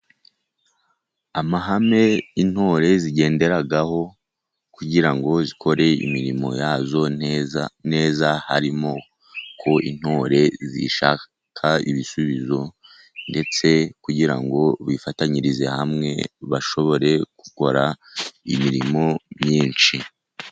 Amahame intore zigenderaho kugira ngo zikore imirimo yazo neza, harimo ko intore zishaka ibisubizo, ndetse kugira ngo bifatanyirize hamwe, bashobore gukora imirimo myinshi.